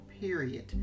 period